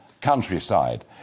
countryside